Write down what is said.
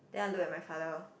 then I look at my father